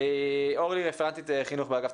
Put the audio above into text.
אורלי היא רפרנטית חינוך באג"ת.